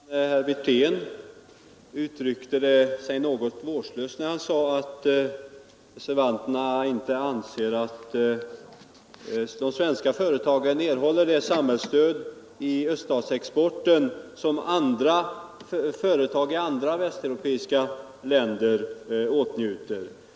Herr talman! Reservanternas talesman herr Wirtén uttryckte sig något vårdslöst när han sade att reservanterna inte anser att de svenska företagen erhåller det samhällsstöd i öststatsexporten som företag i andra västeuropeiska länder åtnjuter.